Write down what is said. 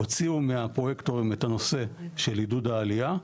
הוציאו מהפרויקטורים את הנושא של עידוד העלייה,